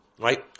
right